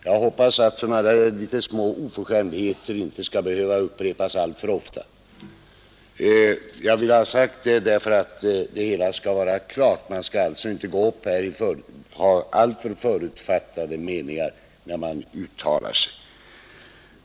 Jag hoppas att sådana här små oförskämdheter inte skall behöva upprepas alltför ofta. Jag vill ha detta sagt, för att det hela skall vara klarlagt. Man skall inte gå upp i talarstolen och ha alltför förutfattade meningar, när man uttalar sig.